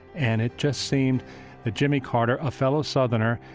and it just seemed that jimmy carter, a fellow southerner,